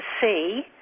see